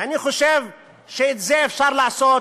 ואני חושב שאת זה אפשר לעשות